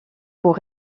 pour